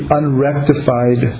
unrectified